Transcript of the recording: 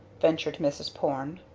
ventured mrs. porne.